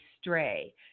stray